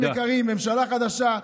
חברים יקרים, ממשלה חדשה,